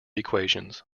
equations